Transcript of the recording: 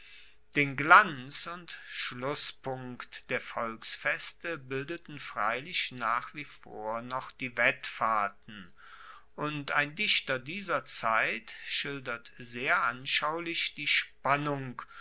den glanz und schlusspunkt der volksfeste bildeten freilich nach wie vor noch die wettfahrten und ein dichter dieser zeit schildert sehr anschaulich die spannung